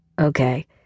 Okay